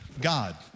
God